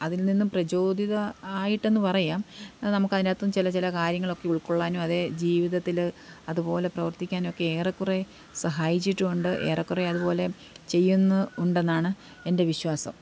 അതില് നിന്നും പ്രചോദിത ആയിട്ടെന്ന് പറയാം നമുക്ക് അതിൻറെ അകത്ത് നിന്ന് ചില ചില കാര്യങ്ങളൊക്കെ ഉള്ക്കൊള്ളാനും അതേ ജീവിതത്തിൽ അതുപോലെ പ്രവര്ത്തിക്കാനുമൊക്കെ ഏറെക്കുറേ സഹായിച്ചിട്ടുണ്ട് ഏറെക്കുറേ അതുപോലെ ചെയ്യുന്നും ഉണ്ടെന്നാണ് എന്റെ വിശ്വാസം